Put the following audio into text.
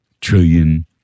trillion